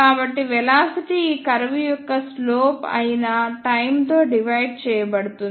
కాబట్టి వెలాసిటీ ఈ కర్వ్ యొక్క స్లోప్ అయిన టైమ్ తో డివైడ్ చేయబడుతుంది